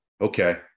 okay